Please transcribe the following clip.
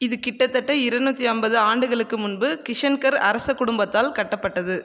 இது கிட்டத்தட்ட இருநூற்றி ஐம்பது ஆண்டுகளுக்கு முன்பு கிஷன்கர் அரச குடும்பத்தால் கட்டப்பட்டது